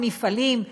המפעלים,